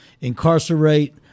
incarcerate